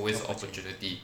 opportunity